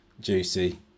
Juicy